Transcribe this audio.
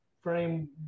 frame